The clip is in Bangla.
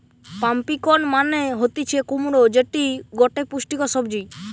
পাম্পিকন মানে হতিছে কুমড়ো যেটি গটে পুষ্টিকর সবজি